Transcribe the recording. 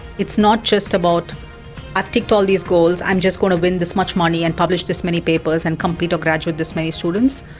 it's not just about i've ticked all these goals, i'm just going to win this much money and publish this many papers and complete or graduate this many students',